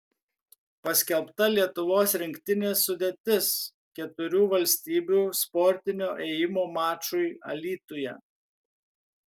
paskelbta lietuvos rinktinės sudėtis keturių valstybių sportinio ėjimo mačui alytuje